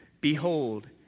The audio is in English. Behold